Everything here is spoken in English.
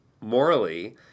morally